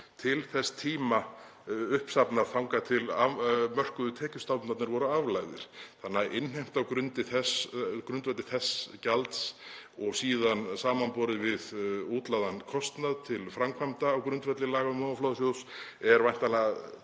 til þess tíma þar til mörkuðu tekjustofnarnir voru aflagðir. Þannig að innheimta á grundvelli þess gjalds og síðan samanborið við útlagðan kostnað til framkvæmda á grundvelli laga um ofanflóðasjóð er væntanlega töluvert